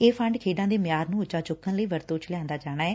ਇਹ ਫੰਡ ਖੇਡਾਂ ਦੇ ਮਿਆਰ ਨੂੰ ਉੱਚਾ ਚੁੱਕਣ ਲਈ ਵਰਤੋਂ ਵਿੱਚ ਲਿਆਂਦਾ ਜਾਣਾ ਏ